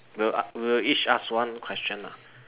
we'll we'll each ask one question lah